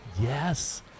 yes